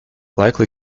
likely